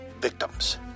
victims